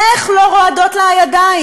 איך לא רועדות לה הידיים?